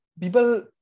people